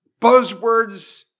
buzzwords